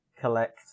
collect